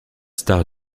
stars